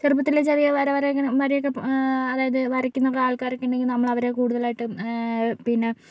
ചെറുപ്പത്തിലേ ചെറിയ വര വര ഇങ്ങനെ വരയൊക്കെ അതായത് വരക്കുന്നയൊക്കെ ആള്ക്കാരൊക്കെ ഉണ്ടെങ്കിൽ നമ്മള് അവരെ കൂടുതലായിട്ടും പിന്നെ